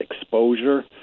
exposure